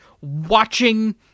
watching